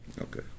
okay